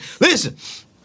Listen